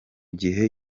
gihe